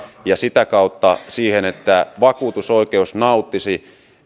että sitä kautta vakuutusoikeus nauttisi